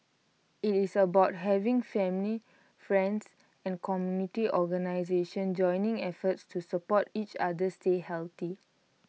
IT is about having family friends and community organisations joining efforts to support each other stay healthy